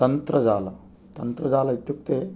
तन्त्रजाल तन्त्रजाल इत्युक्ते